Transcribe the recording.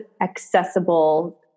accessible